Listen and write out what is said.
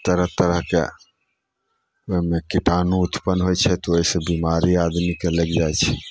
तरह तरहके ओइमे कीटाणु उत्पन्न होइ छै तऽ ओइसँ बीमारी आदमीके लागि जाइ छै